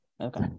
Okay